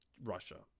Russia